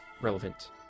relevant